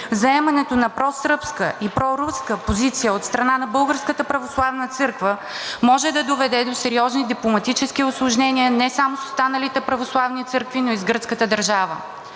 Заемането на просръбска и проруска позиция от страна на Българската православна църква може да доведе до сериозни дипломатически усложнения не само с останалите православни църкви, но и с гръцката държава.